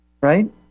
right